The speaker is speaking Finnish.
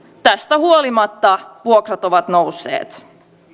tästä huolimatta vuokrat ovat nousseet